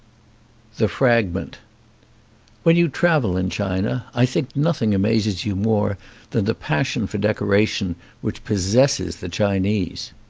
the fragment when you travel in china i think nothing amazes you more than the passion for decoration which pos sesses the chinese.